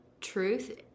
truth